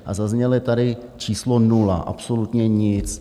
A zaznělo tady číslo nula, absolutně nic.